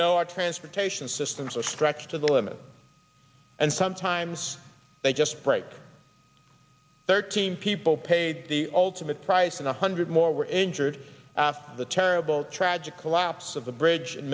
know our transportation systems are stretched to the limit and sometimes they just break thirteen people paid the ultimate price and a hundred more were injured after the terrible tragic collapse of the bridge